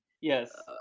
Yes